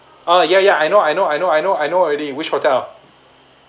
ah ya ya I know I know I know I know I know already which hotel